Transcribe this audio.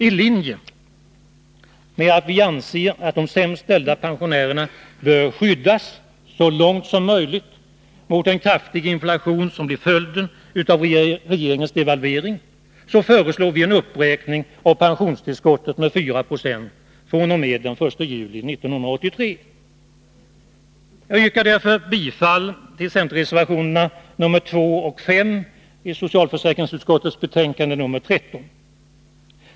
I linje med att vi anser att de sämst ställda pensionärerna bör skyddas så långt som möjligt mot den kraftiga inflation som blir följden av regeringens devalvering, föreslår vi en uppräkning av pensionstillskottet med 4 96 fr.o.m. den 1 juli 1983. Jag yrkar därför bifall till centerreservationerna nr 2 och 5 i socialförsäkringsutskottets betänkande nr 13.